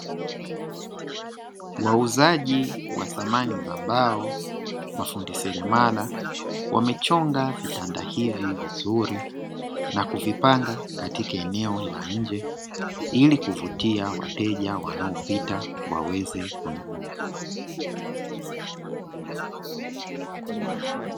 Wauzaji wa samani za mbao, mafundi seremala wamechonga vitanda hivi vizuri na kuvipanga katika eneo la nje, ili kuvutia wateja wanaopita waweze kununua.